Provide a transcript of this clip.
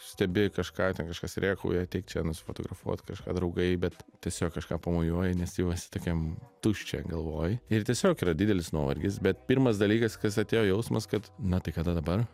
stebi kažką ten kažkas rėkauja ateik čia nufotografuot kažką draugai bet tiesiog kažką pamojuoji nes jau esi tokiam tuščia galvoj ir tiesiog yra didelis nuovargis bet pirmas dalykas kas atėjo jausmas kad na tai kada dabar